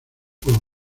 juego